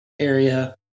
area